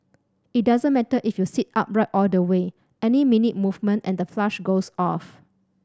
it doesn't matter if you sit upright all the way any minute movement and the flush goes off